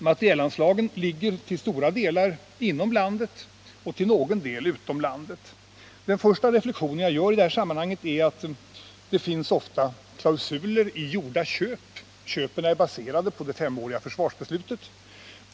Materielanslagen ligger till stora delar inom landet och till någon del utom landet. Den första reflektion man gör i detta sammanhang är att det ofta finns klausuler i gjorda köp. Köpen är baserade på det femåriga försvarsbeslutet.